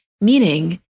meaning